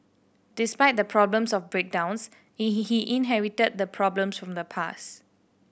despite the problems of breakdowns he he he inherited the problems from the past